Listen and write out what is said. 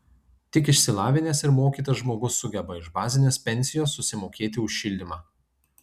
tik išsilavinęs ir mokytas žmogus sugeba iš bazinės pensijos susimokėti už šildymą